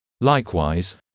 Likewise